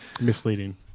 misleading